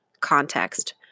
context